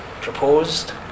proposed